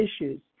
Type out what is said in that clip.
issues